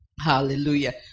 Hallelujah